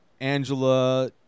Angela